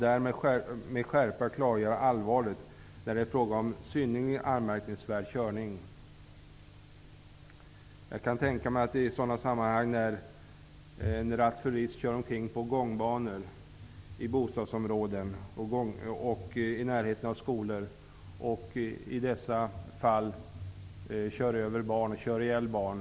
Därmed klargör man med skärpa allvaret när det är fråga om synnerligen anmärkningsvärd körning. Jag kan tänka mig sådana sammanhang där en rattfyllerist kör omkring på gångbanor i bostadsområden och i närheten av skolor och kör ihjäl barn.